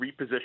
reposition